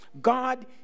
God